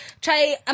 try